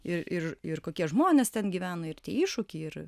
ir ir ir kokie žmonės ten gyvena ir tie iššūkiai ir